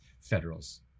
federals